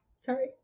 sorry